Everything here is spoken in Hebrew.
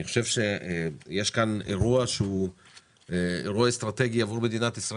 אני חושב שיש כאן אירוע שהוא אירוע אסטרטגי עבור מדינת ישראל.